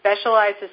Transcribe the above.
specializes